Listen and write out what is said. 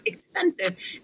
expensive